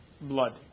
Blood